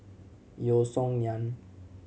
Yeo Song Nian